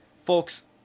Folks